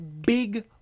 big